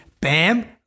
Bam